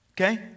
okay